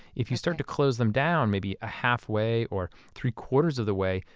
if you start to close them down, maybe halfway or three-quarters of the way,